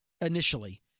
initially